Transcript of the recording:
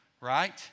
right